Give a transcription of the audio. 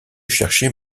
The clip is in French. chercher